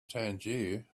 tangier